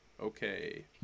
Okay